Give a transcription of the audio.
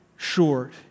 short